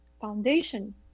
foundation